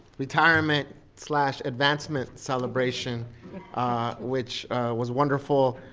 retirement slash advancement celebration which was wonderful.